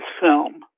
film